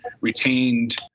retained